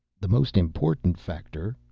the most important factor,